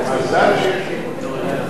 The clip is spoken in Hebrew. מתפללים,